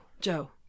Joe